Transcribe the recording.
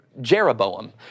Jeroboam